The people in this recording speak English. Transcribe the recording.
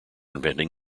inventing